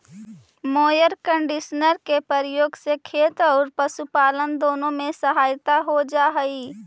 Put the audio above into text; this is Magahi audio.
मोअर कन्डिशनर के प्रयोग से खेत औउर पशुपालन दुनो में सहायता हो जा हई